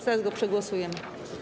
Zaraz go przegłosujemy.